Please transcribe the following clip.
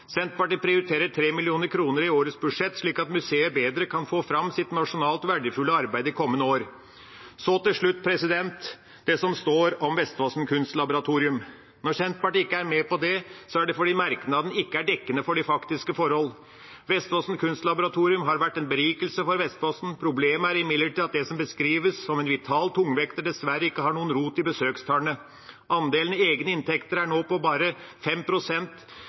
Senterpartiet prioriterer 3 mill. kr i årets budsjett, slik at museet bedre kan få fram sitt nasjonalt verdifulle arbeid i kommende år. Til slutt når det gjelder det som står om Vestfossen Kunstlaboratorium. Når Senterpartiet ikke er med på det, er det fordi merknaden ikke er dekkende for de faktiske forhold. Vestfossen Kunstlaboratorium har vært en berikelse for Vestfossen. Problemet er imidlertid at det som beskrives som en vital tungvekter, dessverre ikke har noen rot i besøkstallene. Andelen egne inntekter er nå på bare